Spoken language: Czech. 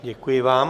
Děkuji vám.